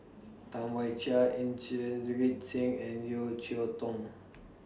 Tam Wai Jia Inderjit Singh and Yeo Cheow Tong